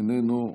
איננו,